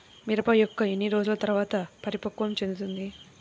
మిరప మొక్క ఎన్ని రోజుల తర్వాత పరిపక్వం చెందుతుంది?